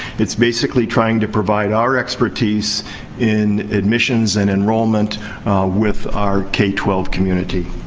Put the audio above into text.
it's basically trying to provide our expertise in admissions and enrollment with our k twelve community.